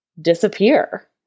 disappear